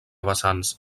vessants